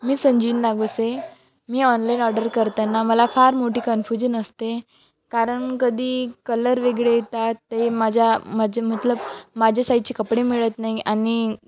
मी संजीन नागवसे मी online order करताना मला फार मोठी कन्फ्युजन असते कारण कधी कलर वेगळे येतात ते माझ्या माझे मतलब माझ्या साईजचे कपडे मिळत नाही आणि